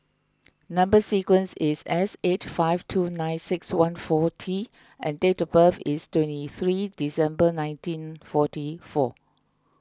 Number Sequence is S eight five two nine six one four T and date of birth is twenty three December nineteen forty four